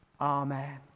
Amen